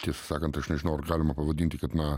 tiesą sakant aš nežinau ar galima pavadinti kad na